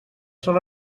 sol